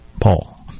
Paul